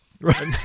Right